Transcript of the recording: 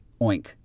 oink